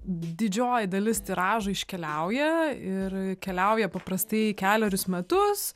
didžioji dalis tiražų iškeliauja ir keliauja paprastai kelerius metus